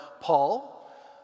Paul